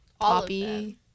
poppy